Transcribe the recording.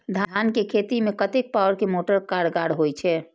धान के खेती में कतेक पावर के मोटर कारगर होई छै?